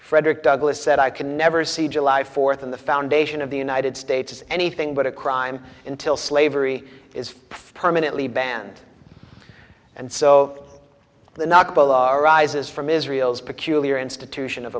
frederick douglass said i can never see july fourth in the foundation of the united states is anything but a crime until slavery is permanently banned and so the naacp below rises from israel's peculiar institution of